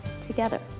together